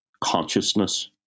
consciousness